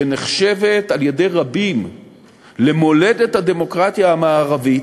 שנחשבת אצל רבים למולדת הדמוקרטיה המערבית,